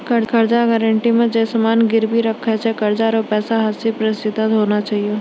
कर्जा गारंटी मे जे समान गिरबी राखै छै कर्जा रो पैसा हस्सी प्रतिशत होना चाहियो